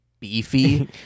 beefy